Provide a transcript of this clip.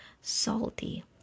salty